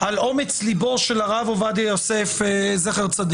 על אומץ ליבו של הרב עובדיה יוסף זצ"ל.